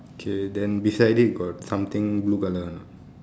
okay then beside it got something blue colour or not